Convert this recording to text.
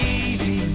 easy